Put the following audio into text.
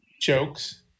jokes